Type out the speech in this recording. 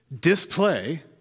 Display